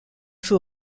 fut